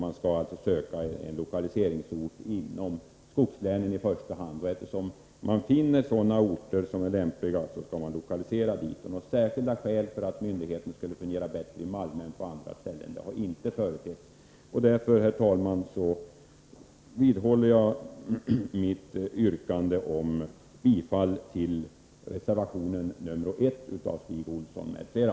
Man skall alltså söka en lokaliseringsort inom skogslänen i första hand, och när man finner en sådan ort som är lämplig skall man lokalisera verksamheten dit. Några särskilda skäl för att myndigheten skulle fungera bättre i Malmö än på andra ställen har inte företetts. Därför, herr talman, vidhåller jag mitt yrkande om bifall till reservation nr 1 av Stig Olsson m.fl.